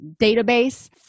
database